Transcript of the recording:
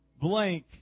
Blank